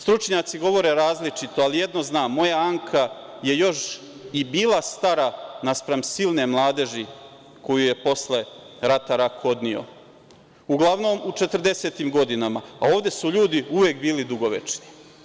Stručnjaci govore različito, ali jedno znam – moja Anka je još i bila stara naspram silne mladeži koju je posle rata rak odnio, uglavnom u 40-im godinama, a ovde su ljudi uvek bili dugovečni.